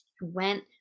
went